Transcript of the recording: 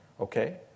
Okay